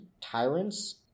tyrants